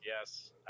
yes